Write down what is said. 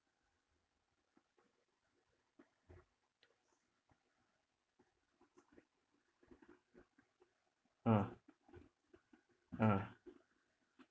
uh uh